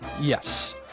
Yes